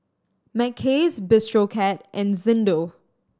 Mackays Bistro Cat and Xndo